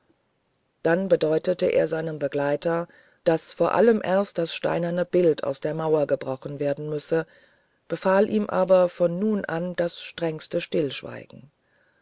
dann bedeutete er seinem begleiter daß vor allem erst das steinerne bild aus der mauer gebrochen werden müsse empfahl ihm aber von nun an das strengste stillschweigen